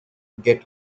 get